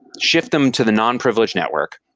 shift them to the non privileged network,